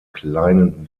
kleinen